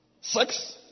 six